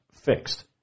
fixed